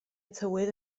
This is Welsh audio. tywydd